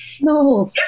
no